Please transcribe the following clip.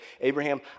Abraham